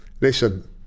Listen